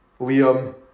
Liam